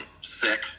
sick